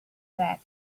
that